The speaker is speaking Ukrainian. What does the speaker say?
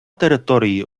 території